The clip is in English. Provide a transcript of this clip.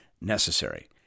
necessary